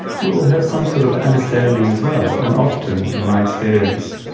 will have some sort of understanding as well. and often in my experience,